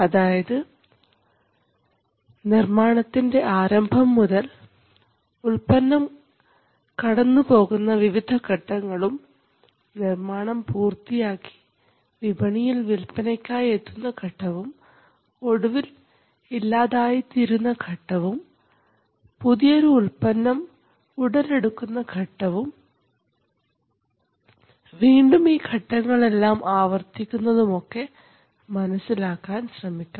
അതായത് നിർമ്മാണത്തിൻറെ ആരംഭം മുതൽ ഉല്പന്നം കടന്നുപോകുന്ന വിവിധ ഘട്ടങ്ങളും നിർമ്മാണം പൂർത്തിയാക്കി വിപണിയിൽ വിൽപ്പനയ്ക്കായി എത്തുന്ന ഘട്ടവും ഒടുവിൽ ഇല്ലാതായിത്തീരുന്ന ഘട്ടവും പുതിയൊരു ഉൽപ്പന്നം ഉടലെടുക്കുന്ന ഘട്ടവും വീണ്ടും ഈ ഘട്ടങ്ങൾ എല്ലാം ആവർത്തിക്കുന്നതുംഒക്കെ മനസ്സിലാക്കാൻ ശ്രമിക്കാം